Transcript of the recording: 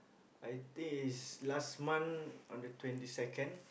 I think it's last month on the twenty second